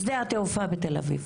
שדה התעופה בתל אביב.